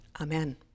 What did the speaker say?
Amen